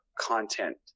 content